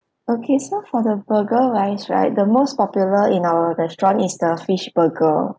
okay so for the burger wise right the most popular in our restaurant is the fish burger